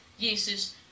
Jesus